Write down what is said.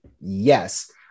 Yes